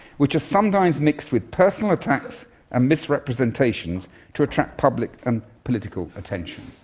which are sometimes mixed with personal attacks and misrepresentations to attract public and political attention.